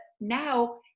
now